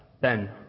Ben